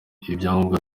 ibyangombwa